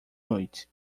noite